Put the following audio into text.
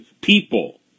people